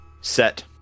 Set